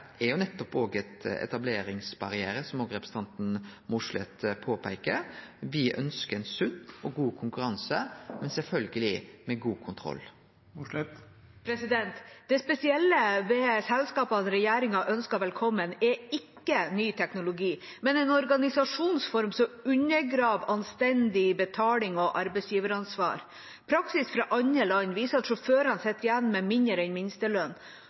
etableringsbarriere, som representanten Mossleth peiker på. Me ønskjer ein sunn og god konkurranse, men sjølvsagt med god kontroll. Det spesielle ved selskapene regjeringen ønsker velkommen, er ikke ny teknologi, men en organisasjonsform som undergraver anstendig betaling og arbeidsgiveransvar. Praksis fra andre land viser at sjåførene sitter igjen med mindre enn